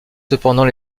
cependant